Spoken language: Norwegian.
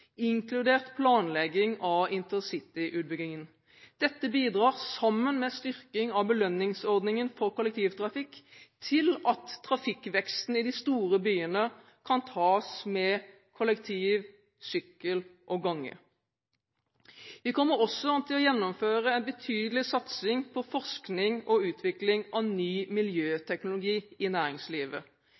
inkludert planlegging av intercityutbyggingen. Dette bidrar til, sammen med en styrking av belønningsordningen for kollektivtrafikk, at trafikkveksten i de store byene kan tas med kollektiv, sykkel og gange. Vi kommer også til å gjennomføre en betydelig satsing på forskning og utvikling av ny miljøteknologi i næringslivet.